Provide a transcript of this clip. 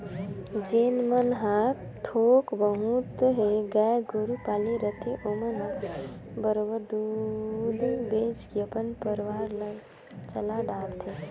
जेन मन ह थोक बहुत ह गाय गोरु पाले रहिथे ओमन ह बरोबर दूद बेंच के अपन परवार ल चला डरथे